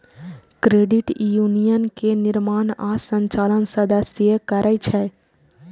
credit union के निर्माण आ संचालन सदस्ये करै छै